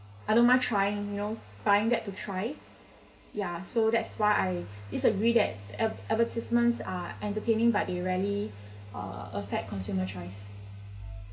I don't mind trying you know buying that to try ya so that's why I disagree that ad~ advertisements are entertaining but they really uh affect consumer choice